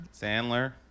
Sandler